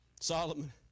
Solomon